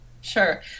Sure